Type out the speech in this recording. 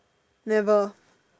never